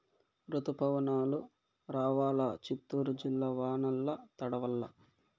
రుతుపవనాలు రావాలా చిత్తూరు జిల్లా వానల్ల తడవల్ల